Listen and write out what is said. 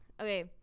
Okay